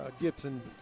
Gibson